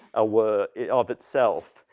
a word of itself.